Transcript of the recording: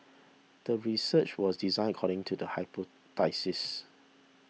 the research was designed according to the hypothesis